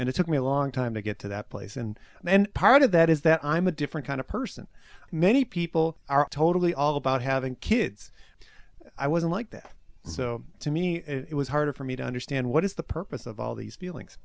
and it took me a long time to get to that place and part of that is that i'm a different kind of person many people are totally all about having kids i wasn't like that so to me it was hard for me to understand what is the purpose of all these feelings